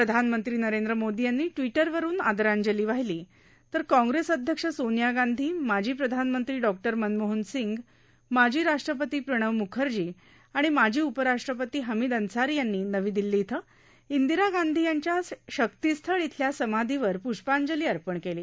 प्रधानमंत्री नरेंद्र मोदी यांनी ट्विटरवरुन आदरांजली वाहिली तर काँग्रेस अध्यक्ष सोनिया गांधी माजी प्रधानमंत्री डॉक्टर मनमोहन सिंग माजी राष्ट्रपती प्रणव मूखर्जी आणि माजी उपराष्ट्रपती हमीद अन्सारी यांनी नवी दिल्ली इथं इंदिरा गांधी यांच्या शक्तीस्थळ इथल्या समाधीवर प्ष्पांजली अर्पण केली